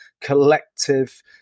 collective